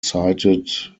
sighted